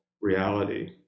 reality